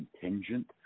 contingent